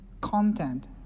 content